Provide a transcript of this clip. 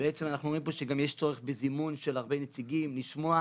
בעצם אנחנו אומרים פה שגם יש צורך בזימון של הרבה נציגים לשמוע.